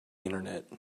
internet